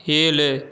ஏழு